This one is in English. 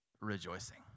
rejoicing